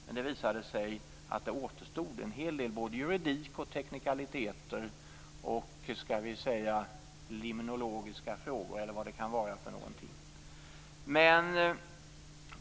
Men det visade sig att det återstod en hel del, både när det gällde juridik och teknikaliteter och även när det gällde limnologiska frågor.